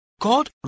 God